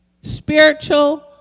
spiritual